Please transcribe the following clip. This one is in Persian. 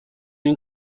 این